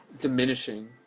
diminishing